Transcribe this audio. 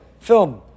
Film